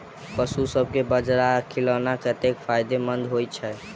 पशुसभ केँ बाजरा खिलानै कतेक फायदेमंद होइ छै?